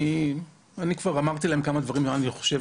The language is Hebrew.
אני כבר אמרתי להם כמה דברים בנושא הזה,